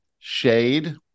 Shade